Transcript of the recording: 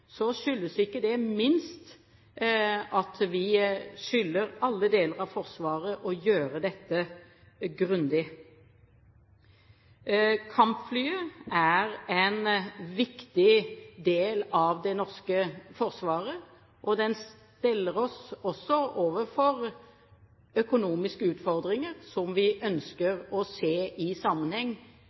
skyldes det ikke minst at vi skylder alle deler av Forsvaret å gjøre dette grundig. Kampfly er en viktig del av det norske forsvaret, og det stiller oss også overfor økonomiske utfordringer som vi ønsker å se i sammenheng,